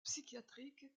psychiatriques